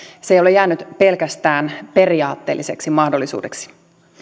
ei ole jäänyt pelkästään periaatteelliseksi mahdollisuudeksi